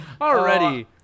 Already